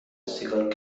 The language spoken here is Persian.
سیگار